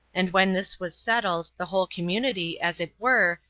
and when this was settled the whole community, as it were,